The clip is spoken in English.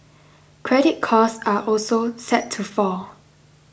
credit costs are also set to fall